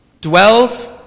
dwells